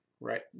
right